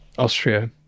Austria